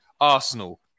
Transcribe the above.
Arsenal